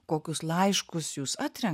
kokius laiškus jūs atrenkate